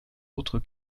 autres